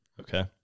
Okay